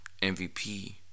MVP